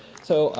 so,